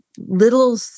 little